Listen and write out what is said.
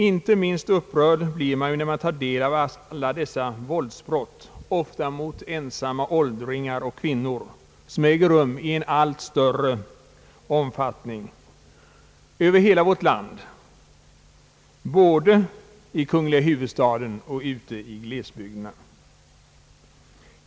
Inte minst upprörd blir man när man tar del av alla dessa våldsbrott, ofta mot ensamma åldringar och kvinnor, som äger rum i allt större omfattning över hela vårt land, både i kungliga huvudstaden och ute i glesbygderna.